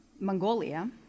Mongolia